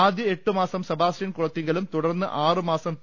ആദ്യ എട്ടു മാസം സെബാ സ്റ്റ്യൻ കുളത്തിങ്കലും തുടർന്ന് ആറു മാസം പി